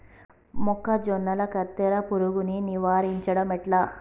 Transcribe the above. మొక్కజొన్నల కత్తెర పురుగుని నివారించడం ఎట్లా?